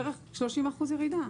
אצלי בערך 30% ירידה.